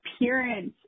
appearance